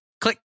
Click